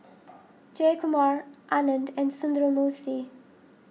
Jayakumar Anand and Sundramoorthy